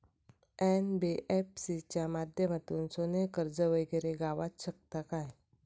NBFC च्या माध्यमातून सोने कर्ज वगैरे गावात शकता काय?